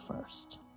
first